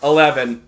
Eleven